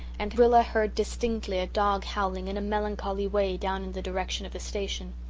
and rilla heard distinctly a dog howling in a melancholy way down in the direction of the station.